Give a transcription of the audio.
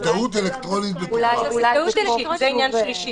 זה עניין שלישי.